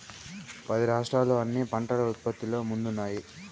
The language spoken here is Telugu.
పది రాష్ట్రాలు అన్ని పంటల ఉత్పత్తిలో ముందున్నాయి